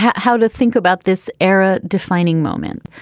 how to think about this era defining moment.